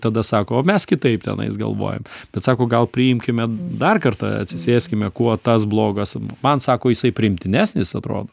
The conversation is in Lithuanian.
tada sako o mes kitaip tenais galvojam bet sako gal priimkime dar kartą atsisėskime kuo tas blogas man sako jisai priimtinesnis atrodo